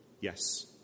yes